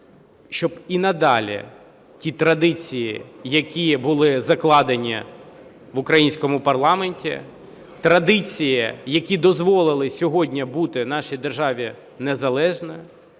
щоб і надалі ті традиції, які були закладені в українському парламенті, традиції, які дозволили сьогодні бути нашій державі незалежною,